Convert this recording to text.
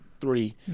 Three